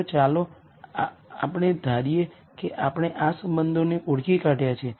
તો ચાલો આપણે ધારીએ કે આપણે આ સંબંધોને ઓળખી કાઢ્યા છે